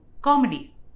comedy